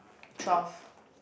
twelve